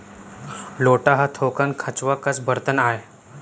लोटा ह थोकन खंचवा कस बरतन आय